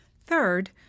Third